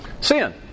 Sin